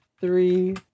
three